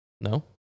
No